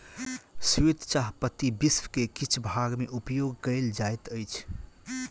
श्वेत चाह पत्ती विश्व के किछ भाग में उपयोग कयल जाइत अछि